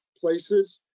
places